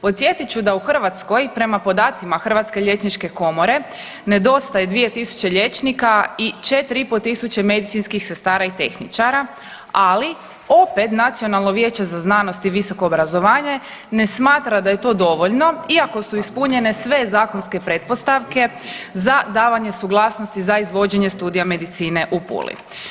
Podsjetit ću da u Hrvatskoj prema podacima Hrvatske liječničke komore nedostaje 2.000 liječnika i 4.500 medicinskih sestra i tehničara, ali opet Nacionalno vijeće za znanost i visoko obrazovanje ne smatra da je to dovoljno iako su ispunjene sve zakonske pretpostavke za davanje suglasnosti za izvođenje studija medicine u Puli.